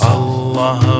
Allah